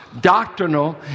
Doctrinal